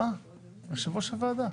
אה, יושב ראש הוועדה.